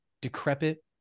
decrepit